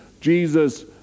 Jesus